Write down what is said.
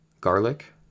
garlic